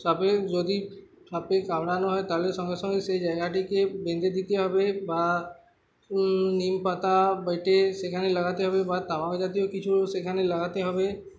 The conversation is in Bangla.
সাপে যদি সাপে কাামড়ানো হয় তাহলে সঙ্গে সঙ্গে সেই জায়গাটিকে বেঁধে দিতে হবে বা নিম পাতা বেটে সেখানে লাগাতে হবে বা তামাক জাতীয় কিছু সেখানে লাগাতে হবে